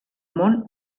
món